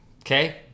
Okay